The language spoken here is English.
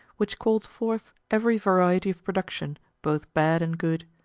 which called forth every variety of production, both bad and good.